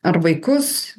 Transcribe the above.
ar vaikus